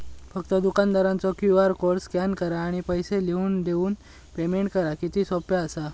फक्त दुकानदारचो QR code scan करा आणि पैसे लिहून देऊन पेमेंट करा किती सोपा असा